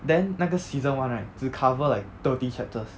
then 那个 season one right 只 cover like thirty chapters